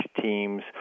teams